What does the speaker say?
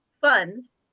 funds